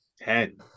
Ten